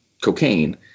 cocaine